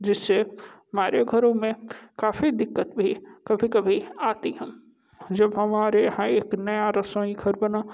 जिससे हमारे घरों में काफ़ी दिक्कत भी कभी कभी आती है जब हमारे यहां एक नया रसोई घर बना